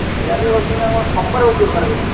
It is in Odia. ଚେୟାରରେ ବସିବିନି ଆଉ କ'ଣ ସପରେ ବସି କି ବେପାର କରିବି